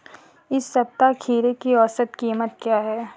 इस सप्ताह खीरे की औसत कीमत क्या है?